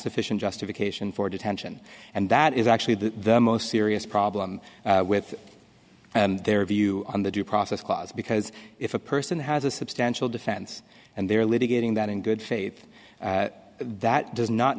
sufficient justification for detention and that is actually the most serious problem with their view on the due process clause because if a person has a substantial defense and they're litigating that in good faith that does not